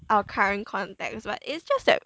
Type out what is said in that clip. our current context but it's just that